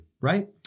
right